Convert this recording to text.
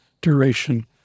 duration